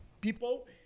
people